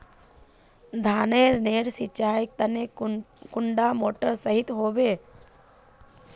धानेर नेर सिंचाईर तने कुंडा मोटर सही होबे?